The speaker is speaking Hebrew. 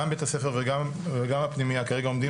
גם בית הספר וגם הפנימייה כרגע עומדים